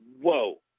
whoa